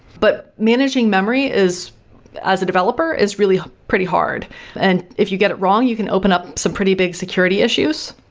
but managing memory as as a developer is really pretty hard and if you get it wrong, you can open up some pretty big security issues.